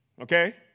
Okay